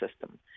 system